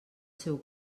seu